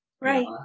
Right